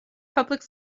public